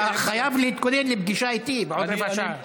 אתה חייב להתכונן לפגישה איתי בעוד רבע שעה.